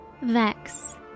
Vex